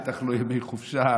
בטח לא ימי חופשה,